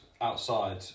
outside